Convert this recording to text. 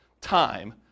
time